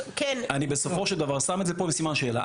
אני בסופו של דבר שם את זה פה בסימן שאלה,